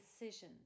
decision